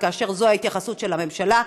וכאשר זאת ההתייחסות של הממשלה,